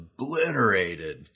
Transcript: obliterated